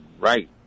right